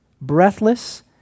breathless